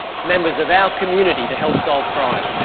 members of our community, to help solve crime.